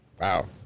Wow